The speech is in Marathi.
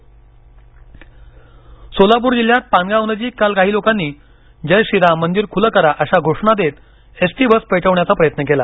मंदिर आंदोलन सोलापूर जिल्ह्यात पानगावनजीक काल काही लोकांनी जय श्री राम मंदिर खुले करा अशा घोषणा देत एसटी बस पेटविण्याचा प्रयत्न केला